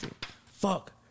Fuck